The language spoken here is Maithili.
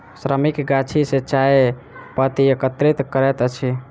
श्रमिक गाछी सॅ चाय पत्ती एकत्रित करैत अछि